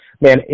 Man